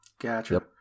Gotcha